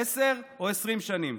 עשר או 20 שנים.